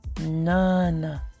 None